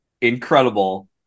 Incredible